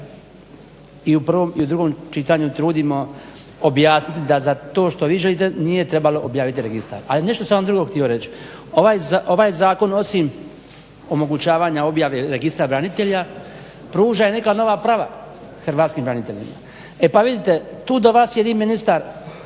i u drugom čitanju trudimo objasniti da za to što vi želite nije trebalo objaviti registar. Ali nešto sam vam drugo htio reći. Ovaj zakon osim omogućavanja objave Registra branitelja pruža i neka nova prava hrvatskim braniteljima. E pa vidite, tu do vas sjedi ministar